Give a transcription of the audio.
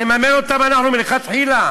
נממן אותם אנחנו מלכתחילה.